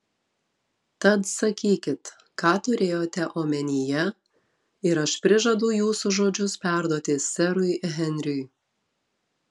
tad sakykit ką turėjote omenyje ir aš prižadu jūsų žodžius perduoti serui henriui